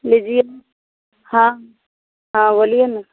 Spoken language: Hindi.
लीजिए हाँ हाँ बोलिए ना